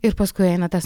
ir paskui eina tas